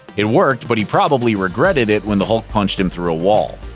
it worked, but he probably regretted it when the hulk punched him through a wall.